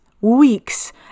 weeks